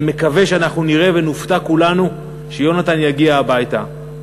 אני מקווה שנראה ונופתע כולנו שיונתן יגיע הביתה.